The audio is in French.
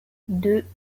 deux